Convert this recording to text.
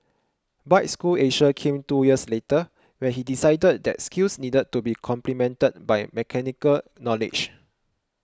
Bike School Asia came two years later when he decided that skills needed to be complemented by mechanical knowledge